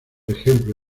ejemplo